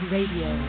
Radio